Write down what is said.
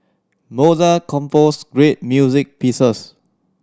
Mozart composed great music pieces